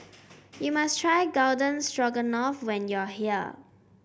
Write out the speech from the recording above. you must try Garden Stroganoff when you are here